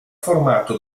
formato